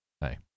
hey